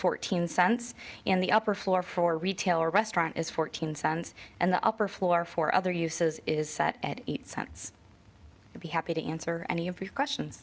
fourteen cents and the upper floor for retail restaurant is fourteen cents and the upper floor for other uses is set at eight cents and be happy to answer any